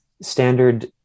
standard